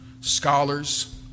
scholars